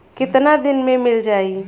कितना दिन में मील जाई?